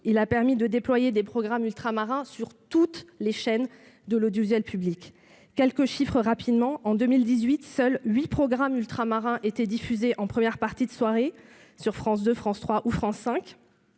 Il a permis de déployer des programmes ultramarins sur toutes les chaînes de l'audiovisuel public. En 2018, seuls huit programmes ultramarins étaient diffusés en première partie de soirée sur France 2, France 3 ou France 5.